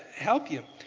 help you.